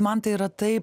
man tai yra taip